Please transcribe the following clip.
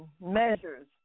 measures